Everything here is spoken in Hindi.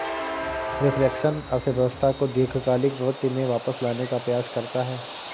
रिफ्लेक्शन अर्थव्यवस्था को दीर्घकालिक प्रवृत्ति में वापस लाने का प्रयास करता है